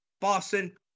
Boston